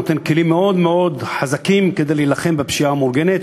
נותן כלים מאוד מאוד חזקים כדי להילחם בפשיעה המאורגנת,